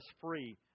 free